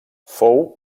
fou